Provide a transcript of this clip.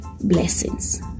Blessings